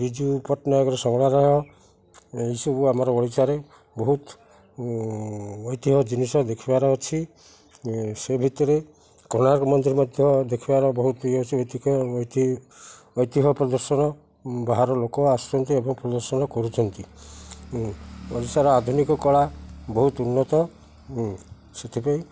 ବିଜୁ ପଟ୍ଟନାୟକର ସଂଗ୍ରହାଳୟ ଏହିସବୁ ଆମର ଓଡ଼ିଶାରେ ବହୁତ ଐତିହ୍ୟ ଜିନିଷ ଦେଖିବାର ଅଛି ସେ ଭିତରେ କୋଣାର୍କ ମନ୍ଦିର ମଧ୍ୟ ଦେଖିବାର ବହୁତ ଇଏ ଐତିହ୍ୟ ପ୍ରଦର୍ଶନ ବାହାର ଲୋକ ଆସୁନ୍ତି ଏବଂ ପ୍ରଦର୍ଶନ କରୁଛନ୍ତି ଓଡ଼ିଶାର ଆଧୁନିକ କଳା ବହୁତ ଉନ୍ନତ ସେଥିପାଇଁ